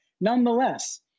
nonetheless